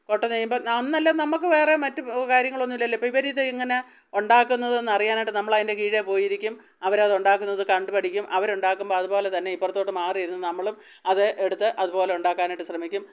കൊട്ട നെയ്യുമ്പം അന്നെല്ലാം നമ്മൾക്ക് വേറെ മറ്റ് കാര്യങ്ങളൊന്നും ഇല്ലല്ലോ ഇത് അപ്പോൾ ഇവർ ഇത് എങ്ങനെ ഉണ്ടാക്കുന്നതെന്ന് അറിയാനായിട്ട് നമ്മൾ അതിന്റെ കീഴേ പോയി ഇരിക്കും അവർ അത് ഉണ്ടാക്കുന്നത് കണ്ടു പഠിക്കും അവർ ഉണ്ടാക്കുമ്പം അതുപോലെ തന്നെ ഇപ്പുറത്തോട്ട് മാറി ഇരുന്നു നമ്മളും അത് എടുത്ത് അതുപോലെ ഉണ്ടാക്കാനായിട്ട് ശ്രമിക്കും